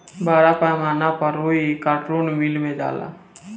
बड़ पैमाना पर रुई कार्टुन मिल मे जाला